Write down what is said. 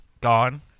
gone